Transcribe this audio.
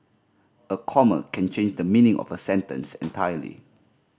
a comma can change the meaning of a sentence entirely